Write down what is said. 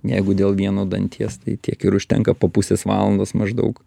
jeigu dėl vieno danties tai tiek ir užtenka po pusės valandos maždaug